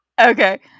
Okay